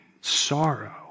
sorrow